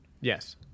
yes